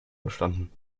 bestanden